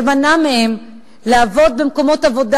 ומנע מהם לעבוד במקומות עבודה,